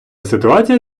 ситуація